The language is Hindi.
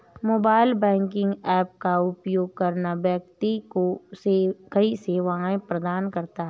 मोबाइल बैंकिंग ऐप का उपयोग करना व्यक्ति को कई सेवाएं प्रदान करता है